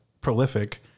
prolific